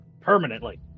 permanently